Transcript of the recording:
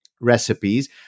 recipes